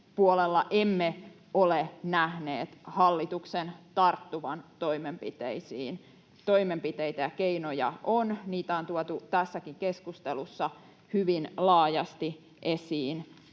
emme ole nähneet hallituksen tarttuvan toimenpiteisiin. Toimenpiteitä ja keinoja on, niitä on tuotu tässäkin keskustelussa hyvin laajasti esiin,